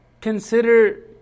consider